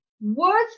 words